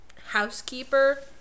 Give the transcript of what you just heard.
housekeeper